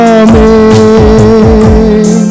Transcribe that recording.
amen